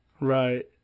Right